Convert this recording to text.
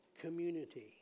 community